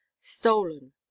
stolen